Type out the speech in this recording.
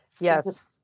Yes